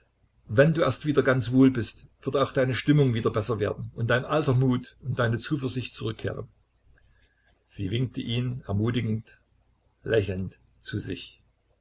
wenn du erst wieder ganz wohl bist wird auch deine stimmung wieder besser werden und dein alter mut und deine zuversicht zurückkehren sie winkte ihn ermutigend lächelnd zu sich